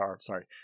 sorry